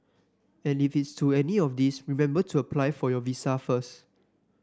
and if it's to any of these remember to apply for your visa first